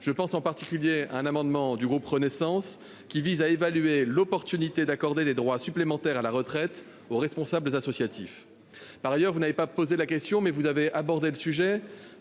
Je pense en particulier à un amendement du groupe Renaissance, qui vise à évaluer l'opportunité d'accorder des droits supplémentaires à la retraite aux responsables associatifs. Par ailleurs, sans avoir posé de question à ce sujet, vous avez abordé le